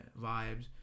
vibes